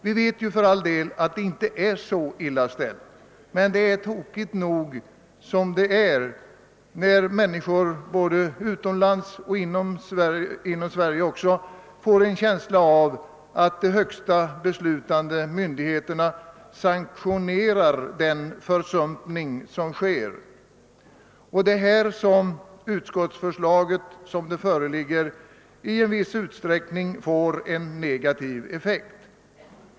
Vi vet för all del att det inte är så illa ställt här, men det är tråkigt nog som det är, när människor både i Sverige och utomlands får en känsla av att de högsta beslutande myndigheterna sanktionerar den försumpning som sker. Det utskottsförslag som föreligger får i viss utsträckning en negativ effekt.